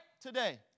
today